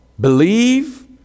believe